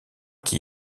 qui